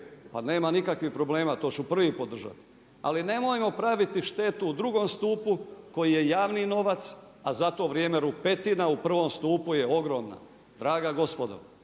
pa nema nikakvih problema, to ću prvi podržati. Ali nemojmo praviti štetu u drugom stupu koji je javni novac a za to vrijeme rupetina u prvom stupu je ogromna. Draga gospodo